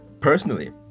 personally